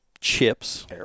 Chips